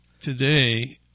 today